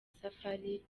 safari